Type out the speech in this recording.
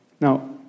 now